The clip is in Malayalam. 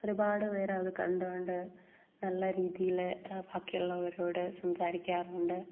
ഒരുപാട് പേര് അത് കണ്ടുകൊണ്ട് നല്ല രീതിയിൽ ബാക്കിയുള്ളവരോട് സംസാരിക്കാറുണ്ട്